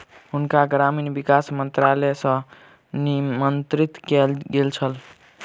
हुनका ग्रामीण विकास मंत्रालय सॅ निमंत्रित कयल गेल छल